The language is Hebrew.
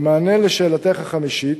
במענה על שאלתך החמישית,